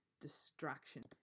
distraction